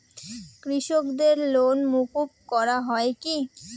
কৃষকদের লোন মুকুব করা হয় কি?